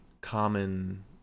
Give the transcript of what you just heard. common